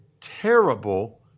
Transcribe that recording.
terrible